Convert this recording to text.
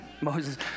Moses